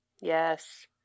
Yes